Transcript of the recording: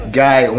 guy